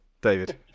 David